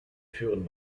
führen